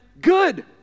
good